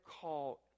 call